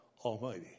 almighty